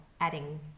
adding